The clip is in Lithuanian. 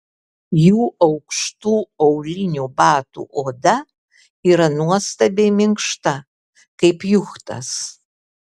jų aukštų aulinių batų oda yra nuostabiai minkšta kaip juchtas